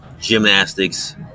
gymnastics